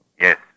Yes